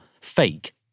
fake